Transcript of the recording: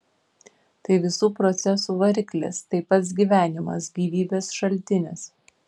tai visų procesų variklis tai pats gyvenimas gyvybės šaltinis